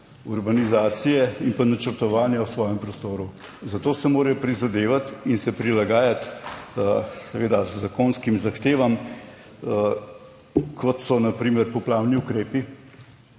urbanizacije in pa načrtovanja v svojem prostoru. Zato si morajo prizadevati in se prilagajati seveda zakonskim zahtevam kot so na primer poplavni ukrepi,